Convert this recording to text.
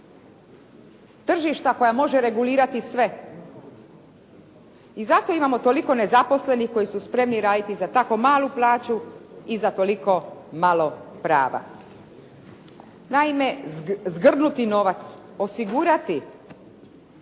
tržišta koje može regulirati sve i zato imamo toliko nezaposlenih koji su spremni raditi za tako malu plaću i za toliko malo prava. Naime, zgrnuti novac, osigurati